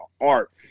art